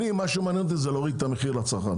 מה שמעניין אותי זה להוריד את המחיר לצרכן,